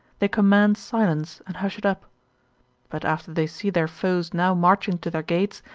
they command silence and hush it up but after they see their foes now marching to their gates,